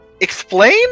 Explain